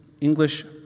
English